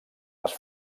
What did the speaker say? les